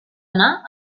anar